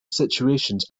situations